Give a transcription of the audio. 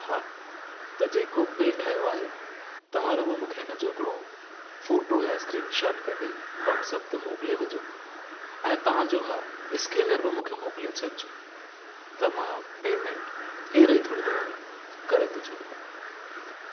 हा त जे को बि बिल ठहियो आहे तव्हां रुॻो मूंखे हिनजो हिकिड़ो फ़ोटो या स्क्रीनशॉट कढी वॉट्सप ते मोकिले विझो ऐं तव्हांजो हा स्केनर बि मूंखे मोकिले छॾिजो त मां पेमेंट हींअर ई थोरी देर में करे थो छॾियां